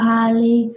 ali